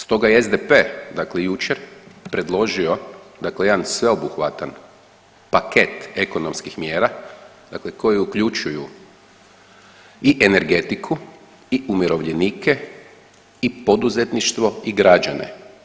Stoga je SDP dakle jučer predložio dakle jedan sveobuhvatan paket ekonomskih mjera dakle koji uključuju i energetiku i umirovljenike i poduzetništvo i građane.